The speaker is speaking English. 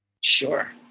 Sure